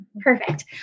Perfect